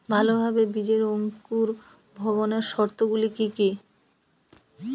ভালোভাবে বীজের অঙ্কুর ভবনের শর্ত গুলি কি কি?